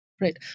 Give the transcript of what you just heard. Right